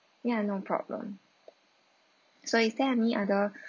ya no problem so is there any other